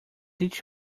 each